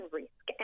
risk